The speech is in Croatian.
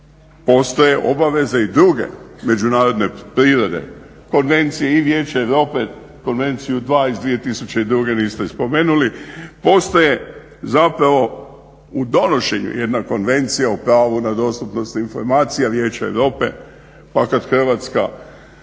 Postoje obaveze i druge međunarodne prirode, konvencije i Vijeća Europe, Konvenciju 2 iz 2002. niste spomenuli. Postoje zapravo u donošenju jedna Konvencija o pravu na dostupnost informacijama Vijeća Europe pa kad Hrvatska